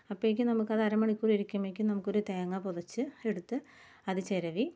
അപ്പോഴേക്കും നമുക്ക് അത് അര മണിക്കൂര് ഇരിക്കുമ്പോഴേക്കും നമുക്കൊരു തേങ്ങ പൊതിച്ചു എടുത്ത് അത് ചിരവി